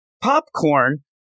popcorn